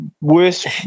worst